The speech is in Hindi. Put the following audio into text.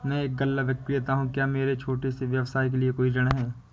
मैं एक गल्ला विक्रेता हूँ क्या मेरे छोटे से व्यवसाय के लिए कोई ऋण है?